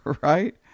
right